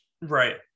Right